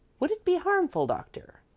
would it be harmful, doctor?